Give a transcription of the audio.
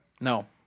No